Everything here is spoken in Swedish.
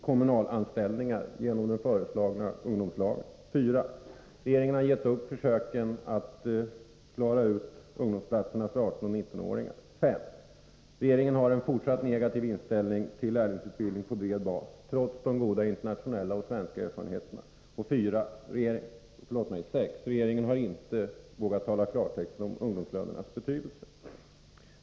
Regeringen driver genom den föreslagna ungdomslagen in ungdomarna i kommunalanställningar. 4. Regeringen har gett upp försöken att klara ungdomsplatserna för 18-19-åringar. 5. Regeringen har en fortsatt negativ inställning till lärlingsutbildning på bred bas, trots de goda internationella och svenska erfarenheterna. 6. Regeringen har inte vågat tala i klartext om ungdomslönernas betydelse.